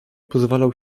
pozwalał